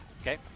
Okay